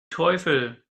teufel